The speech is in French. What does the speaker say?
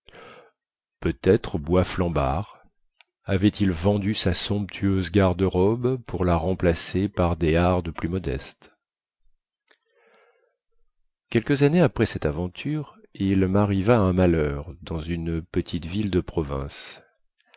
peut-être boisflambard avait-il vendu sa somptueuse garde-robe pour la remplacer par des hardes plus modestes quelques années après cette aventure il marriva un malheur dans une petite ville de province